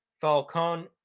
Falcone